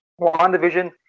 WandaVision